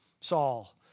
Saul